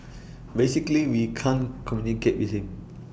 basically we can't communicate with him